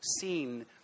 seen